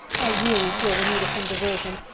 i really feel the need of some diversion,